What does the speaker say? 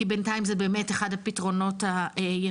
כי בינתיים זה באמת אחד הפתרונות היחידים.